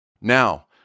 Now